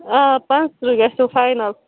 آ پانٛژھ تٕرٛہ گژھیو فاینَل